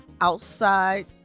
outside